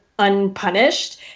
unpunished